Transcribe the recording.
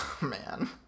man